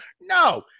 no